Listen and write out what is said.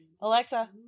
Alexa